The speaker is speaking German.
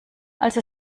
also